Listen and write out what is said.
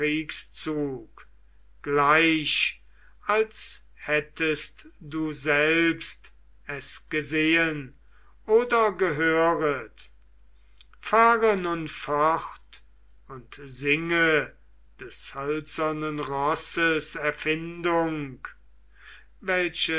gleich als hättest du selbst es gesehen oder gehöret fahre nun fort und singe des hölzernen rosses erfindung welches